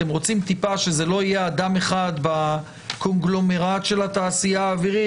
אתם רוצים שזה לא יהיה אדם אחד בקונגלומרט של התעשייה האווירית?